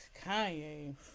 Kanye